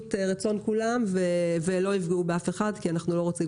לשביעות רצון כולם ולא יפגעו באף אחד כי אנחנו לא רוצים